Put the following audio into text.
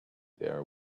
there